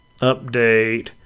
update